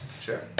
sure